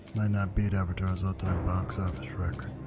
might not beat avatar's all-time box office record.